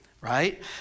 right